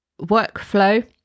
workflow